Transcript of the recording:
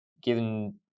given